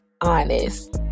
honest